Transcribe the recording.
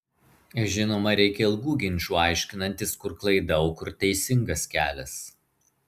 žinoma reikia ilgų ginčų aiškinantis kur klaida o kur teisingas kelias